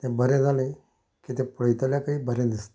तें बरें जालें की तें पळयतल्याकय बरें दिसता